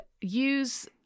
use